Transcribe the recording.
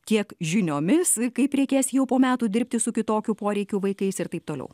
tiek žiniomis kaip reikės jau po metų dirbti su kitokių poreikių vaikais ir taip toliau